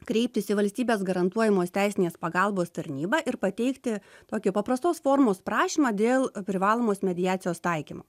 kreiptis į valstybės garantuojamos teisinės pagalbos tarnybą ir pateikti tokį paprastos formos prašymą dėl privalomos mediacijos taikymo